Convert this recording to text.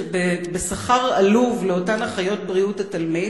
בשכר העלוב שמשולם לאותן אחיות בריאות התלמיד.